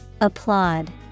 Applaud